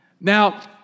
Now